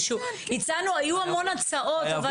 היו המון הצעות.